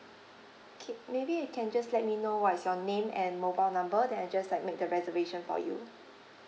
K maybe you can just let me know what is your name and mobile number then I just like make the reservation for you